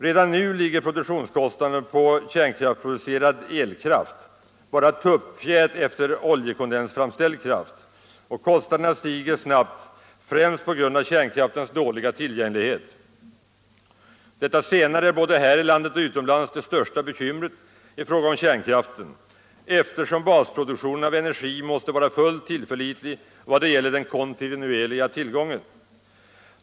Redan nu ligger produktionskostnaden för kärnkraftsproducerad elektricitet bara ett tuppfjät efter oljekondensframställd kraft, och kostnaderna stiger snabbt, främst på grund av kärnkraftsverkens dåliga tillgänglighet. Detta senare är både här i landet och utomlands det största bekymret i fråga om kärnkraften, eftersom basproduktionen av energi måste vara fullt tillförlitlig i vad det gäller den kontinuerliga tillgången.